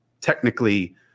technically